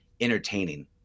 entertaining